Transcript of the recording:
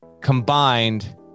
combined